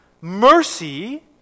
mercy